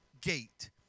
gate